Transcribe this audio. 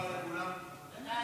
חוק